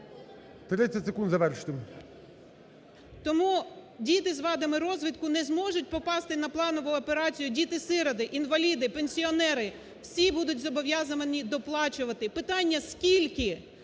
БОГОМОЛЕЦЬ О.В. Тому діти з вадами розвитку не зможуть попасти на планову операцію, діти-сироти, інваліди, пенсіонери, всі будуть зобов'язані доплачувати. Питання: скільки.